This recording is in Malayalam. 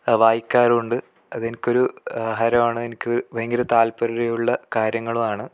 ആ വായിക്കാറുമുണ്ട് അതെനിക്കൊരു ഹരമാണ് എനിക്ക് ഭയങ്കര താത്പര്യമുളള കാര്യങ്ങളുമാണ്